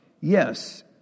Yes